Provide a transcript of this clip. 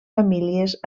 famílies